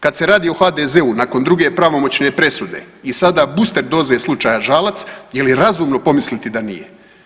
Kad se radi o HDZ-u nakon druge pravomoćne presude i sada booster doze slučaja Žalac, je li razumno pomisliti da nije?